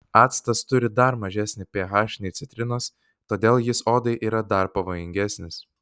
actas turi dar mažesnį ph nei citrinos todėl jis odai yra dar pavojingesnis